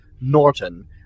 Norton